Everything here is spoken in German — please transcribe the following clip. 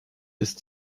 ist